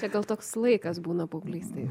tai gal toks laikas būna paauglystėj